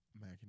Mac